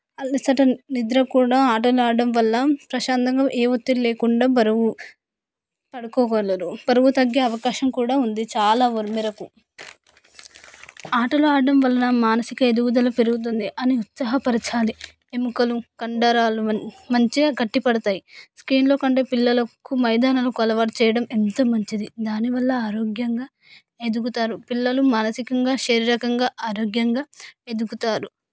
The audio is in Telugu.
అలసటని నిద్ర కూడా ఆటలు ఆడటం వల్ల ప్రశాంతంగా ఏ ఒత్తిడి లేకుండా బరువు పడుకోగలరు బరువు తగ్గే అవకాశం కూడా ఉంది చాలా వరకు మేరకు ఆటలు ఆడటం వలన మానసిక ఎదుగుదల పెరుగుతుంది అని ఉత్సాహపరచాలి ఎముకలు కండరాలు మంచిగా గట్టి పడతాయి స్క్రీన్లో కంటే పిల్లలు మైదానాలకు అలవాటు చేయడం ఎంత మంచిది దానివల్ల ఆరోగ్యంగా ఎదుగుతారు పిల్లలు మానసికంగా శారీరకంగా ఆరోగ్యంగా ఎదుగుతారు